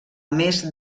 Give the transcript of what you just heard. més